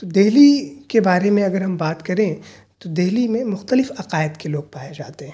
تو دہلی کے بارے میں اگر ہم بات کریں تو دہلی میں مختلف عقائد کے لوگ پائے جاتے ہیں